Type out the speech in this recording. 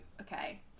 okay